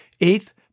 Eighth